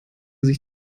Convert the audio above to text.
sich